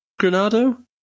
Granado